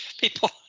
People